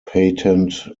patent